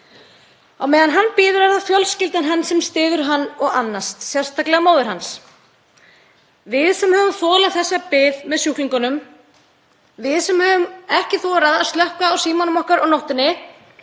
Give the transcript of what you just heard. Á meðan hann bíður er það fjölskyldan hans sem styður hann og annast, sérstaklega móðir hans. Við sem höfum þolað þessa bið með sjúklingunum, við sem höfum ekki þorað að slökkva á símanum okkar á nóttunni,